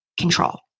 control